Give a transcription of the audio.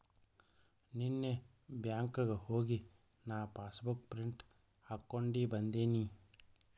ನೀನ್ನೇ ಬ್ಯಾಂಕ್ಗ್ ಹೋಗಿ ನಾ ಪಾಸಬುಕ್ ಪ್ರಿಂಟ್ ಹಾಕೊಂಡಿ ಬಂದಿನಿ